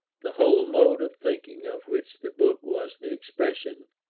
the whole mode of thinking of which the book was the expression,